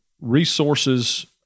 resources